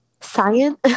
Science